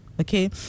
Okay